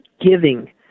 giving